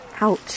Ouch